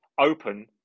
open